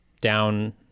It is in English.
down